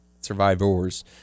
survivors